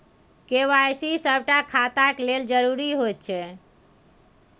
KYC सभटा खाताक लेल जरुरी होइत छै